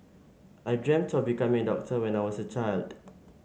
I dreamt of becoming a doctor when I was a child